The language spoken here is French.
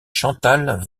chantal